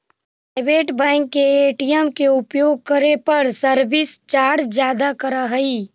private bank के ATM के उपयोग करे पर सर्विस चार्ज ज्यादा करऽ हइ